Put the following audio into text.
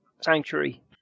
Sanctuary